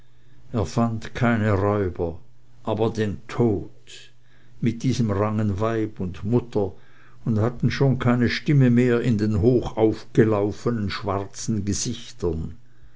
er fand keine räuber aber den tod mit diesem rangen weib und mutter und hatten schon keine stimme mehr in den hochaufgelaufenen schwarzen gesichtern